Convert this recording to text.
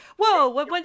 whoa